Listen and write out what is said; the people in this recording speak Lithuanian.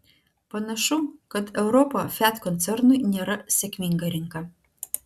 panašu kad europa fiat koncernui nėra sėkminga rinka